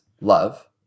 love